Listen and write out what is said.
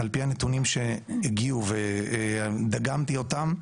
על פי הנתונים שהגיעו ודגמתי אותם.